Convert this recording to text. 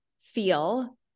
feel